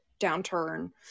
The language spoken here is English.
downturn